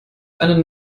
eine